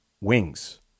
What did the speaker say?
Wings